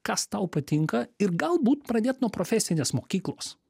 kas tau patinka ir galbūt pradėt nuo profesinės mokyklos